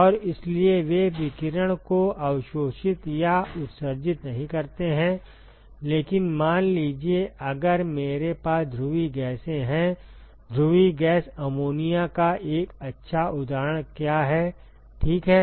और इसलिए वे विकिरण को अवशोषित या उत्सर्जित नहीं करते हैं लेकिन मान लीजिए अगर मेरे पास ध्रुवीय गैसें हैंध्रुवीय गैस अमोनिया का एक अच्छा उदाहरण क्या है ठीक है